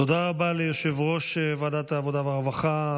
תודה רבה ליושב-ראש ועדת העבודה והרווחה.